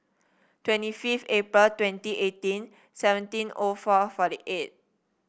twenty fifth April twenty eighteen seventeen O four forty eight